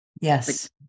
Yes